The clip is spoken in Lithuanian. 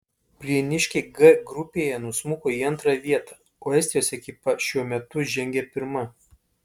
prieniškiai g grupėje nusmuko į antrą vietą o estijos ekipa šiuo metu žengia pirma